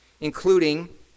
including